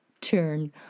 turn